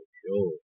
sure